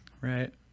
Right